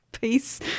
Peace